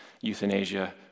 euthanasia